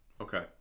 Okay